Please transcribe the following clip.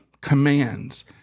commands